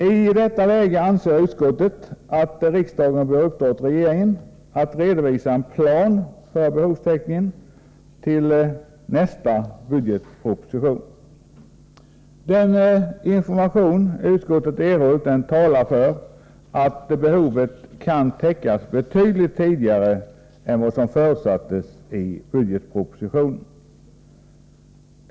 I detta läge anser utskottet att riksdagen bör uppdra åt regeringen att i nästa budgetproposition redovisa en plan för behovstäckningen. Den information utskottet erhållit talar för att behovet kan täckas betydligt tidigare än vad som förutsattes i årets budgetproposition.